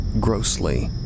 grossly